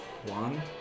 One